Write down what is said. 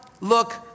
look